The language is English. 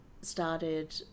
started